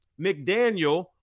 McDaniel